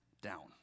down